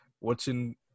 watching